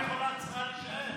השרה יכולה, להישאר.